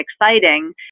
exciting